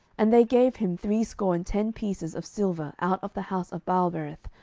and they gave him threescore and ten pieces of silver out of the house of baalberith,